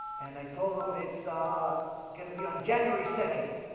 and i told them it's gonna be on january second